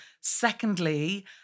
Secondly